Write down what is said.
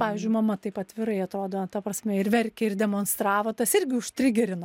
pavyzdžiui mama taip atvirai atrodo ta prasme ir verkė ir demonstravo tas irgi užtrigerino